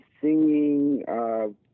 singing